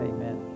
Amen